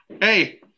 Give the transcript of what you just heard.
Hey